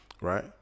right